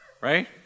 Right